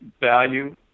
value